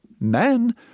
men